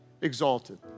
exalted